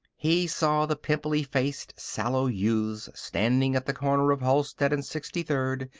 he saw the pimply-faced, sallow youths standing at the corner of halsted and sixty-third,